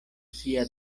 sia